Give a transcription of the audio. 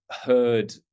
heard